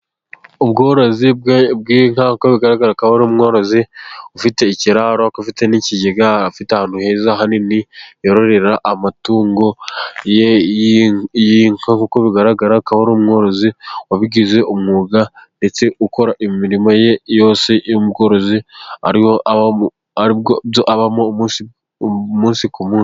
Ubworozi bw'inka uko bigaragara, akaba ari umworozi ufite ikiraro, afite n'ikigega, afite ahantu heza hanini yororera amatungo ye, nk'uko bigaragara ko ari umworozi wabigize umwuga, ndetse ukora imirimo yose yo mu bworozi abamo, umunsi ku munsi.